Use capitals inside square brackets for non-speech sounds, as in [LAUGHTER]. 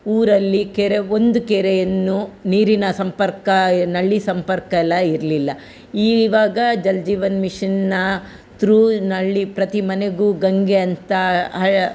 ಊರಲ್ಲಿ ಕೆರೆ ಒಂದು ಕೆರೆಯನ್ನು ನೀರಿನ ಸಂಪರ್ಕ ನಲ್ಲಿ ಸಂಪರ್ಕ ಎಲ್ಲ ಇರಲಿಲ್ಲ ಇವಾಗ ಜಲ್ ಜೀವನ್ ಮಿಷನ್ನ ತ್ರೂ ನಲ್ಲಿ ಪ್ರತಿ ಮನೆಗು ಗಂಗೆ ಅಂತ [UNINTELLIGIBLE]